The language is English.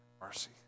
Mercy